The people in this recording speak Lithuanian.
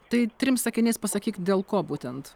tai trim sakiniais pasakyk dėl ko būtent